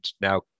now